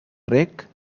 rec